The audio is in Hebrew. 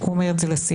הוא אומר את זה ל-CNN.